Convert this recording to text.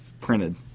printed